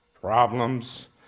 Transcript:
problems